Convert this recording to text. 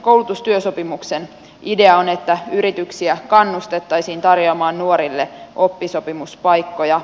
koulutustyösopimuksen idea on että yrityksiä kannustettaisiin tarjoamaan nuorille oppisopimuspaikkoja